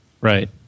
right